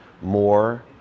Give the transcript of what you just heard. more